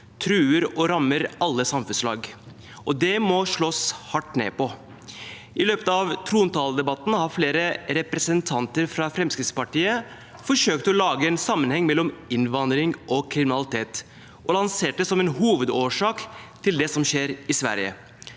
truer og rammer alle samfunnslag. Det må slås hardt ned på. I løpet av trontaledebatten har flere representanter fra Fremskrittspartiet forsøkt å lage en sammenheng mellom innvandring og kriminalitet og lansert det som en hovedårsak til det som skjer i Sverige.